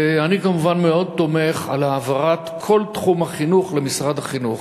אני כמובן מאוד תומך בהעברת כל תחום החינוך למשרד החינוך.